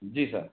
जी sir